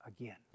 again